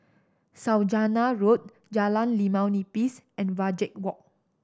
Saujana Road Jalan Limau Nipis and Wajek Walk